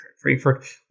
Frankfurt